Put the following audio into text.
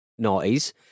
naughties